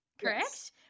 correct